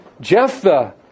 Jephthah